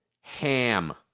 Ham